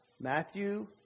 Matthew